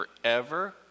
forever